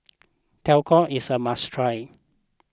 Tacos is a must try